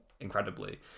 Incredibly